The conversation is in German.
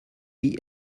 wie